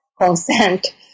consent